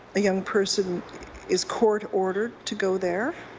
a young person is court ordered to go there.